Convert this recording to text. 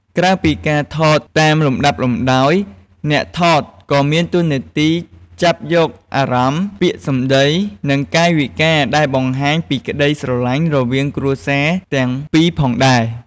ក្រៅពីការថតតាមលំដាប់លំដោយ អ្នកថតក៏មានតួនាទីចាប់យកអារម្មណ៍ ពាក្យសំដី និងកាយវិការដែលបង្ហាញពីក្តីស្រឡាញ់រវាងគ្រួសារទាំងពីរផងដែរ។